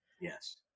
Yes